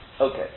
Okay